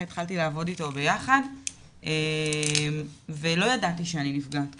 התחלתי לעבוד איתו ביחד ולא ידעתי שאני נפגעת כשנפגעתי,